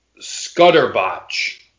Scudderbotch